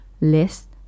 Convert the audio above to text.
list